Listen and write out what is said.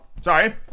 sorry